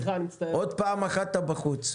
עוד פעם אחת אתה בחוץ.